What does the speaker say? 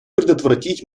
предотвратить